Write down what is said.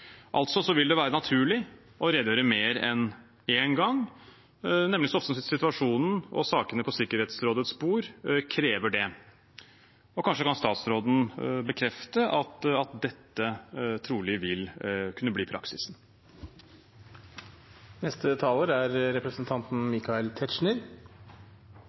Altså vil det være naturlig å redegjøre mer enn én gang, nemlig så ofte som situasjonen og sakene på Sikkerhetsrådets bord krever det. Kanskje kan utenriksministeren bekrefte at dette trolig vil kunne bli